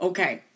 Okay